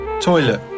Toilet